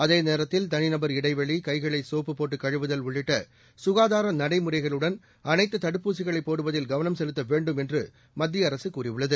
அதேநேரத்தில் தனிநபர் இடைவெளி கைகளை சோப்பு போட்டு கழுவுதல் உள்ளிட்ட சுகாதார நடைமுறைகளுடன் அனைத்து தடுப்பூசிகளை போடுவதில் கவனம் செலுத்த வேண்டும் என்று மத்தியஅரசு கூறியுள்ளது